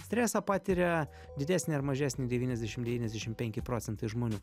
stresą patiria didesnį ar mažesnį devyniasdešim devyniasdešim penki procentai žmonių